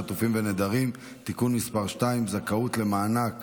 חטופים ונעדרים (תיקון מס' 2) (זכאות למענק